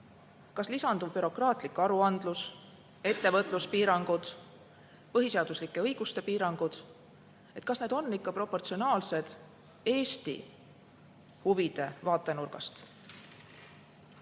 Kas lisanduv bürokraatlik aruandlus, ettevõtluspiirangud, põhiseaduslike õiguste piirangud on proportsionaalsed Eesti huvide vaatenurgast?